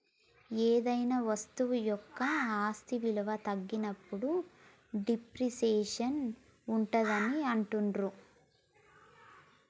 ఏదైనా వస్తువు యొక్క ఆస్తి విలువ తగ్గినప్పుడు డిప్రిసియేషన్ ఉంటాదని అంటుండ్రు